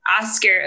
Oscar